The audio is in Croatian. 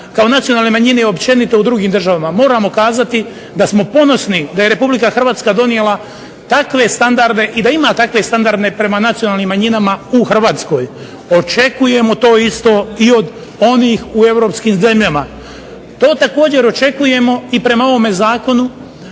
kao nacionalne manjine općenito u drugim državama. Moramo kazati da smo ponosni da je Republika Hrvatska donijela takve standarde i da ima takve standarde prema nacionalnim manjinama u Hrvatskoj. Očekujemo to isto i od onih u europskim zemljama. To također očekujemo i prema ovome zakonu,